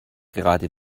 gerade